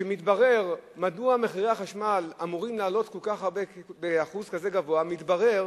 כשמבררים מדוע מחירי החשמל אמורים לעלות באחוז כזה גבוה מסתבר,